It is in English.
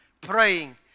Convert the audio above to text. Praying